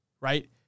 right